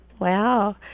Wow